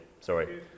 Sorry